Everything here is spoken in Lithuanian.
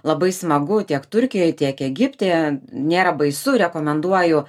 labai smagu tiek turkijoj tiek egipte nėra baisu rekomenduoju